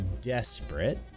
desperate